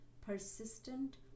persistent